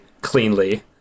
cleanly